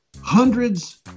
hundreds